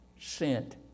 sent